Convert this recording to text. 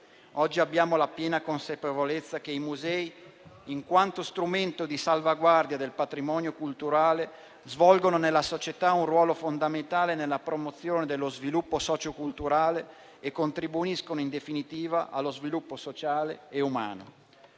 Oggi abbiamo la piena consapevolezza che i musei, in quanto strumento di salvaguardia del patrimonio culturale, svolgono nella società un ruolo fondamentale nella promozione dello sviluppo socioculturale e contribuiscono, in definitiva, allo sviluppo sociale e umano.